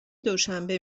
دوشنبه